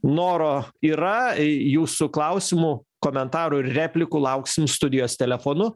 noro yra jūsų klausimų komentarų ir replikų lauksim studijos telefonu